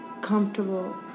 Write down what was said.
comfortable